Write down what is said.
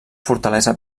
fortalesa